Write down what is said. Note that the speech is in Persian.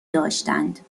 داشتند